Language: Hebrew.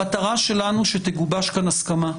המטרה שלנו, שתגובש כאן הסכמה.